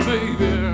Baby